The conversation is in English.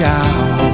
out